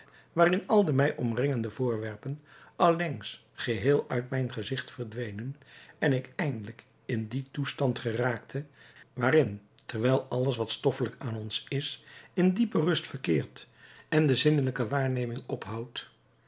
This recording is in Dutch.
waarin al de mij omringende voorwerpen allengs geheel uit mijn gezicht verdwenen en ik eindelijk in dien toestand geraakte waarin terwijl alles wat stoffelijk aan ons is in diepe rust verkeert en de zinnelijke waarneming ophoudt